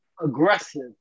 aggressive